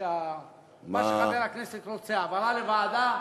מה שחבר הכנסת רוצה, העברה לוועדה?